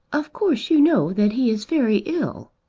of course you know that he is very ill.